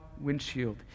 windshield